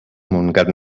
montgat